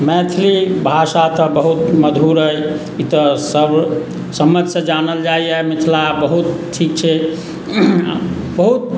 मैथिली भाषा तऽ बहुत मधुर अइ ई तऽ सर्वसम्मतिसँ जानल जाइए मिथिला बहुत ठीक छै बहुत